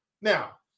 Now